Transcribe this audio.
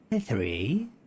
Three